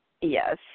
Yes